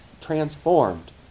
transformed